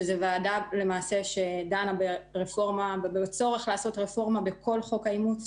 שזו ועדה שדנה ברפורמה ובצורך לעשות רפורמה בכל חוק האימוץ,